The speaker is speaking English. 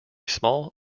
small